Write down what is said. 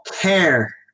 care